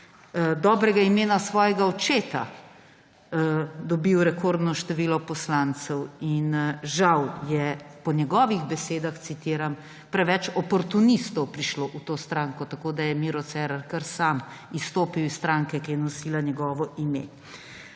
dobrega imena svojega očeta dobil rekordno število poslancev. Žal je, po njegovih besedah citiram, »preveč oportunistov prišlo v to stranko«, tako da je Miro Cerar kar sam izstopil iz stranke, ki je nosila njegovo ime.